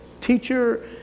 teacher